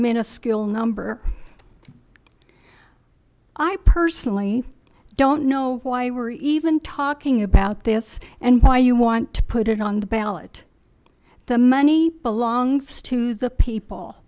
miniscule number i personally don't know why we're even talking about this and why you want to put it on the ballot the money belongs to the people